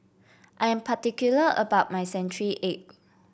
I am particular about my Century Egg